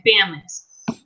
families